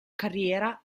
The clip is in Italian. carriera